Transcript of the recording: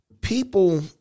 People